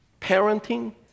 Parenting